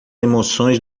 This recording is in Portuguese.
emoções